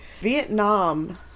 Vietnam